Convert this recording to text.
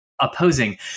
opposing